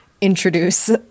introduce